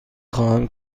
خواهم